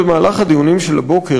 במהלך הדיונים של הבוקר,